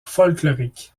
folklorique